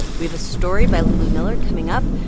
we have a story by lulu miller coming up.